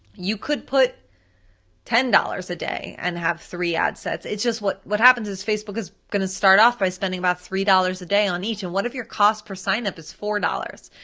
you could put ten dollars a day and have three ad sets, it's just what what happens is facebook is gonna start off by spending about three dollars a day on each, and what if your cost per sign-up is four dollars?